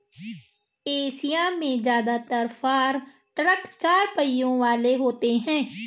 Asia में जदात्र farm truck चार पहियों वाले होते हैं